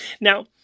Now